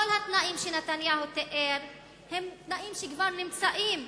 כל התנאים שנתניהו תיאר הם תנאים שכבר קיימים.